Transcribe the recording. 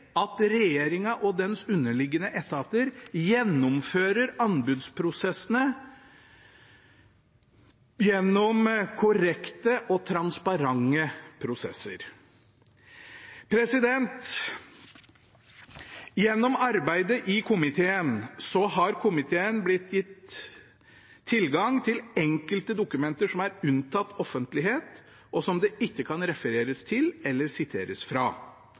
at regjeringen og dens underliggende etater gjennomfører anbudsutsettingen gjennom korrekte og transparente prosesser. Gjennom arbeidet i komiteen har komiteen blitt gitt tilgang til enkelte dokumenter som er unntatt offentlighet, og som det ikke kan refereres til eller siteres fra.